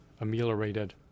ameliorated